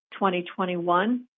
2021